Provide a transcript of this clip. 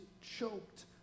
choked